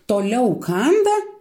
toliau kanda